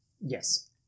Yes